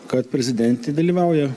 kad prezidentė dalyvauja